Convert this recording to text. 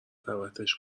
دعوتش